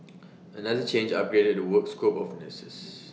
another change upgraded the work scope of nurses